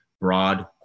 broad